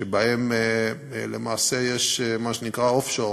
שיש למעשה מה שנקרא offshore,